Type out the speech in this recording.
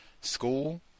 school